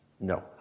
no